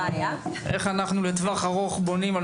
אז איך אנחנו לטווח ארוך בונים על